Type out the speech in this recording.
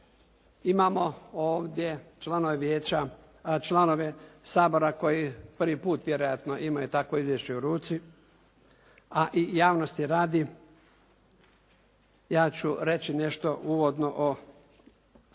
imamo ovdje članove Sabora koji prvi put vjerojatno imaju takvo izvješće u ruci a i javnosti radi ja ću reći nešto uvodno o sjednici